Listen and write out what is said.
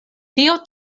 tio